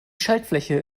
schaltfläche